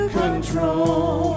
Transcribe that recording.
control